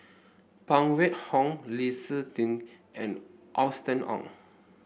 Phan Wait Hong Lee Seng Tee and Austen Ong